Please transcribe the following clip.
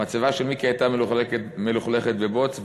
המצבה של מיקי הייתה מלוכלכת בבוץ,